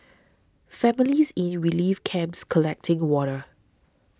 families in relief camps collecting water